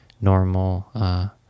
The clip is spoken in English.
normal